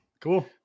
Cool